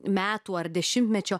metų ar dešimtmečio